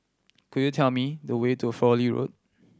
could you tell me the way to Fowlie Road